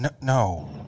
No